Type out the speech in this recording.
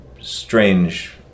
strange